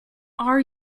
are